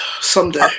Someday